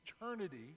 eternity